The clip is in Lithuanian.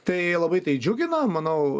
tai labai tai džiugina manau